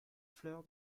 fleur